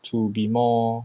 to be more